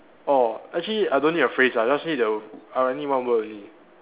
orh actually I don't need a phrase ah just need a I need one word only